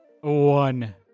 One